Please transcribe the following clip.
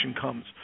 comes